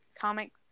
comic